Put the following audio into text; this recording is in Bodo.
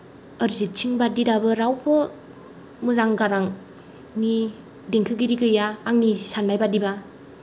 अरजित सिं बायदि दाबो रावबो मोजां गारांनि देंखोगिरि गैया आंनि साननाय बायदिबा